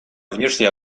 внешняя